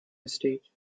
estate